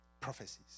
prophecies